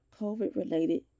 COVID-related